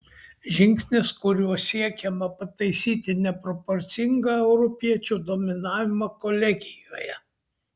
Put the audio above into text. žingsnis kuriuo siekiama pataisyti neproporcingą europiečių dominavimą kolegijoje